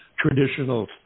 traditional